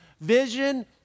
Vision